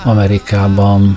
Amerikában